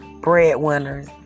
breadwinners